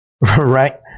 right